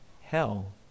hell